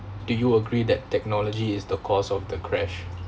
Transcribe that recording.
do you agree that technology is the cause of the crash